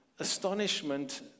astonishment